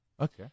Okay